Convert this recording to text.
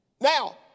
Now